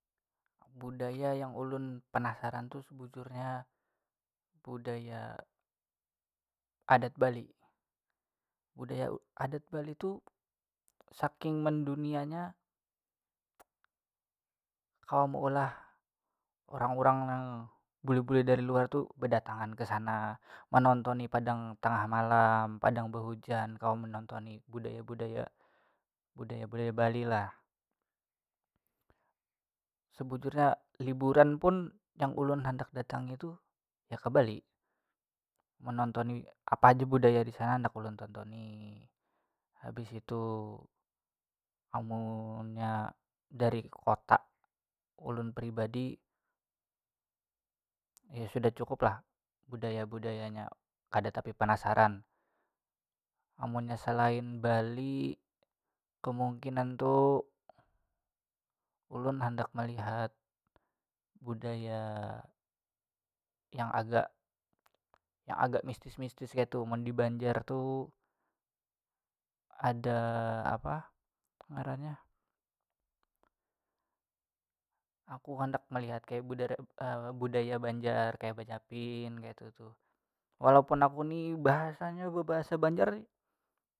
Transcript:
Budaya yang ulun penasaran tu sebujurnya budaya adat bali, budaya u- adat bali tu saking mendunianya kawa meulah orang orang nang bule bule dari luar tu bedatangan kesana, menontoni padang tengah malam, padang behujan kawa menontoni budaya budaya bali lah, sebujurnya hiburan pun yang ulun handak datangi tu ya ke bali menontoni apa aja budaya disana handak ulun tontoni, habis itu amunnya dari kota ulun pribadi ya sudah cukup lah budaya budayanya kada tapi panasaran, amunnya selain bali kemungkinan tu ulun handak malihat budaya yang agak yang agak mistis mistis kayatu mun di banjar tu ada apa ngarannya aku handak malihat kaya budara- ee- budaya banjar kaya bejapin kayatu tu walaupun aku ni bahasanya bebahasa banjar.